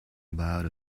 about